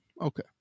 Okay